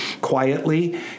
quietly